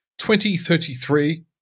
2033